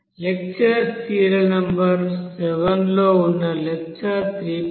lecture serial number 7 ఉన్న lecture 3